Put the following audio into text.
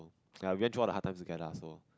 ya we went through all the hard times together ah also